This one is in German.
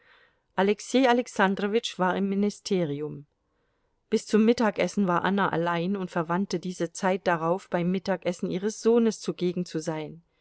alexei alexandrowitsch war im ministerium bis zum mittagessen war anna allein und verwandte diese zeit darauf beim mittagessen ihres sohnes zugegen zu sein